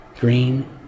green